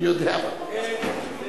איך זה יכול להיות?